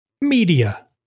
media